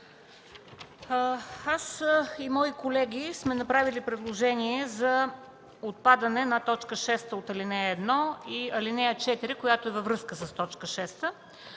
Аз и мои колеги сме направили предложение за отпадане на т. 6 от ал. 1 и ал. 4, която е във връзка с т. 6.